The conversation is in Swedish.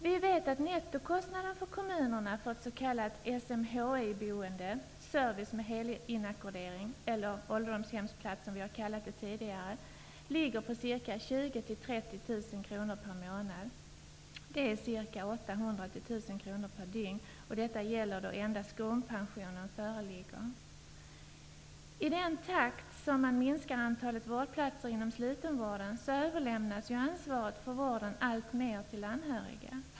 Vi vet att nettokostnaden för kommunerna för ett s.k. SMHI-boende -- service med helinackordering -- eller ''ålderdomshemsplats'', som vi har kallat det tidigare, ligger på 20 000-- Detta gäller då endast grundpension föreligger. I den takt som man minskar antalet vårdplatser inom slutenvården överlämnas ansvaret för vården alltmer till anhöriga.